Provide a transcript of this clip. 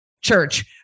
church